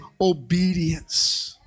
obedience